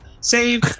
save